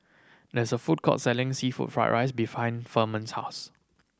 there is a food court selling seafood fried rice behind Ferman's house